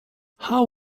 how